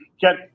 get